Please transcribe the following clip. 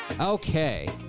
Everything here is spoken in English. Okay